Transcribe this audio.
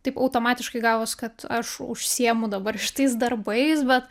taip automatiškai gavos kad aš užsiėmu dabar šitais darbais bet